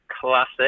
Classic